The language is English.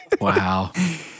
Wow